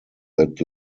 that